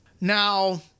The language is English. now